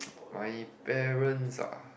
my parents ah